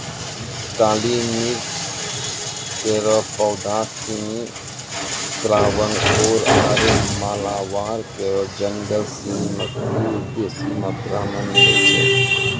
काली मिर्च केरो पौधा सिनी त्रावणकोर आरु मालाबार केरो जंगल सिनी म खूब बेसी मात्रा मे मिलै छै